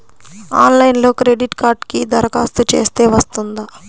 ఆన్లైన్లో క్రెడిట్ కార్డ్కి దరఖాస్తు చేస్తే వస్తుందా?